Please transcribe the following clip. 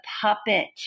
puppet